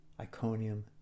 Iconium